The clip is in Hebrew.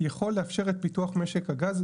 יכול לאפשר את פיתוח משק הגז,